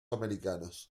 americanos